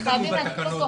זה כן תלוי בתקנות.